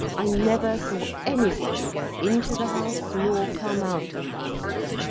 i never saw anyone go into the house nor come out of the house.